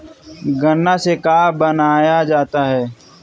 गान्ना से का बनाया जाता है?